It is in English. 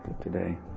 today